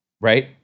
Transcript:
right